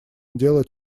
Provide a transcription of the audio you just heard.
дело